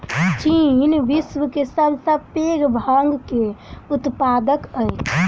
चीन विश्व के सब सॅ पैघ भांग के उत्पादक अछि